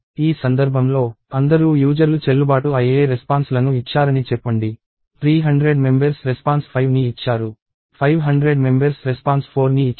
ఈ సందర్భంలో అందరూ యూజర్లు చెల్లుబాటు అయ్యే రెస్పాన్స్ లను ఇచ్చారని చెప్పండి 300 మెంబెర్స్ రెస్పాన్స్ 5 ని ఇచ్చారు 500 మెంబెర్స్ రెస్పాన్స్ 4 ని ఇచ్చారు